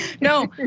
No